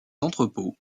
entrepôts